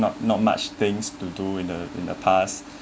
not not much things to do in uh in the past